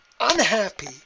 unhappy